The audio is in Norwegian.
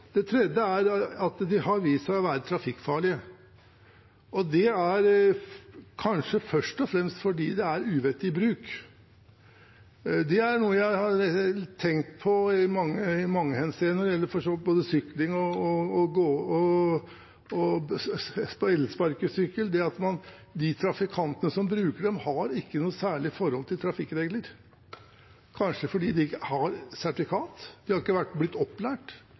har også vist seg å være trafikkfarlige. Det er kanskje først og fremst fordi det er uvettig bruk. Det er noe jeg har tenkt på i mange henseender, det gjelder for så vidt både sykkel og elsparkesykkel, det at de trafikantene som bruker dem, ikke har noe særlig forhold til trafikkregler, kanskje fordi de ikke har sertifikat, de har ikke blitt opplært.